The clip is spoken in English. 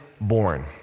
born